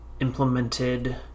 implemented